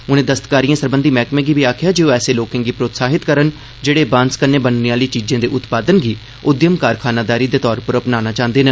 उनें दस्तकारिए सरबध्वी मैहकमे गी बी आखेआ जे ओह ऐसे लोकें गी प्रोत्साहित करन जेहड़े बाक्ष कन्नै बनने आहली चीजें दे उत्पादन गी उद्यम कारखानदारी दे तौर उप्पर अपनाना चाह्वदे न